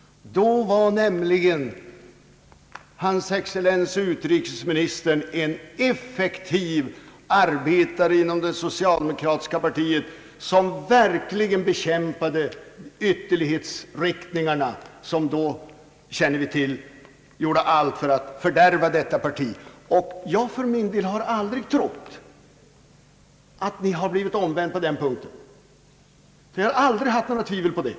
Då var nämligen hans excellens utrikesministern en effektiv arbetare inom det socialdemokratiska partiet, som verkligen bekämpade ytterlighetsriktningarna, vilka då — det känner vi till — gjorde allt för att fördärva detta parti. Jag för min del har aldrig trott att utrikesministen har blivit omvänd på den punkten; jag har aldrig hyst något tvivel om det.